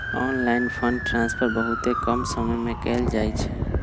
online fund transfer बहुते कम समय में कएल जाइ छइ